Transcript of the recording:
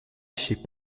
chez